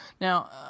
Now